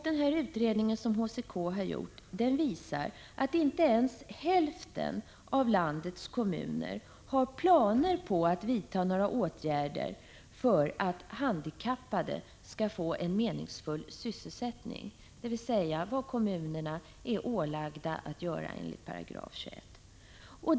Den utredning som HCK har gjort visar att inte ens hälften av landets kommuner har planer på att vidta några åtgärder för att handikappade skall få en meningsfull sysselsättning, dvs. vad kommunerna är ålagda att göra enligt 21 §.